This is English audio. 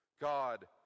God